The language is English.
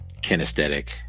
kinesthetic